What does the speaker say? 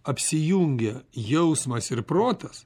apsijungia jausmas ir protas